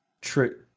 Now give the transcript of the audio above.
trick